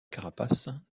carapace